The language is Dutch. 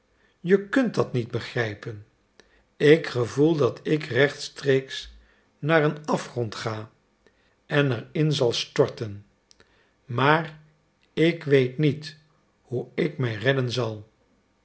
je kunt dat niet begrijpen ik gevoel dat ik rechtstreeks naar een afgrond ga en er in zal storten maar ik weet niet hoe ik mij redden zal